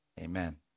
Amen